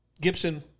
Gibson